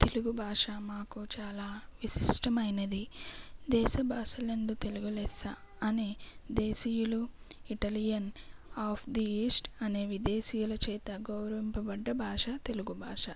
తెలుగు భాష మాకు చాలా ఇష్టమైనది దేశ భాషలందు తెలుగు లెస్స అని దేశీయులు ఇటాలియన్ ఆఫ్ ది ఈస్ట్ అనే విదేశీయుల చేత గౌరవింపబడ్డ భాష తెలుగు భాష